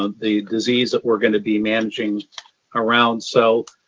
ah the disease that we're going to be managing around. so